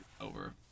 over